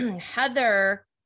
Heather